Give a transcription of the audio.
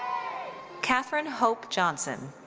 catherine hope johnson.